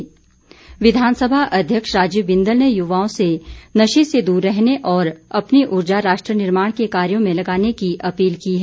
बिंदल विधानसभा अध्यक्ष राजीव बिंदल ने युवाओं से नशे से दूर रहने और अपनी ऊर्जा राष्ट्र निर्माण के कार्यो में लगाने की अपील की है